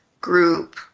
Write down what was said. group